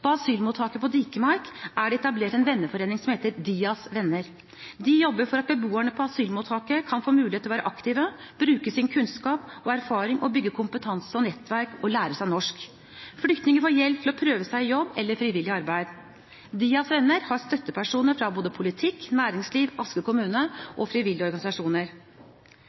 På asylmottaket på Dikemark er det etablert en venneforening som heter DIAS venner. De jobber for at beboerne på asylmottaket kan få mulighet til å være aktive, bruke sin kunnskap og erfaring og bygge kompetanse og nettverk og lære seg norsk. Flyktningene får hjelp til å prøve seg i jobb eller med frivillig arbeid. DIAS venner har støttepersoner fra både politikk, næringsliv, Asker kommune og frivillige organisasjoner.